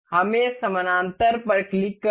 हमें समानांतर पर क्लिक करें